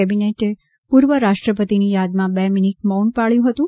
કેબિનેટે પ્રર્વ રાષ્ટ્રપતિની યાદમાં બે મિનિટ મૌન પણ પાબ્યું હતું